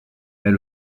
mais